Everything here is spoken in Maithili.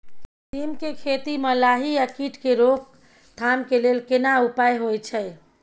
सीम के खेती म लाही आ कीट के रोक थाम के लेल केना उपाय होय छै?